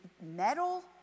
metal